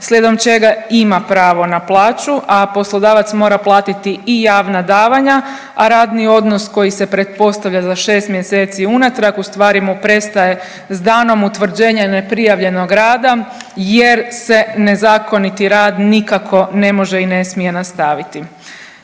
slijedom čega ima pravo na plaću, a poslodavac mora platiti i javna davanja, a radni odnos koji se pretpostavlja za 6 mjeseci unatrag ustvari mu prestaje s danom utvrđenja neprijavljenog rada jer se nezakoniti rad nikako ne može i ne smije nastaviti.